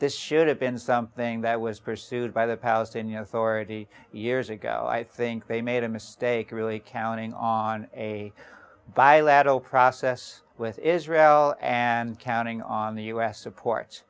this should have been something that was pursued by the palestinian authority years ago i think they made a mistake really counting on a bilateral process with israel and counting on the u s support